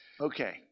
Okay